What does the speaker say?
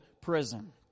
prison